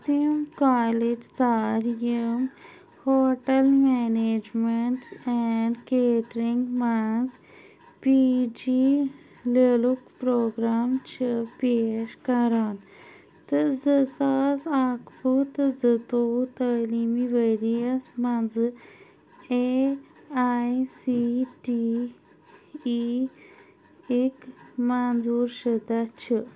تِم کالیج ژار یِم ہوٹل مٮ۪نیجمٮ۪نٛٹ ایںٛڈ کیٹرِنٛگ منٛز پی جی لٮ۪ولُک پروگرام چھِ پیش کَران تہٕ زٕ ساس اَکہٕ وُہ تہٕ زٕتووُہ تٲلیٖمی ؤریَس منٛزٕ A I C T E یِکۍ منظوٗر شُدہ چھِ